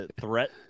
threat